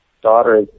Daughter